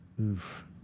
Oof